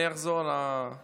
מה את חושבת על מה שהוא אמר?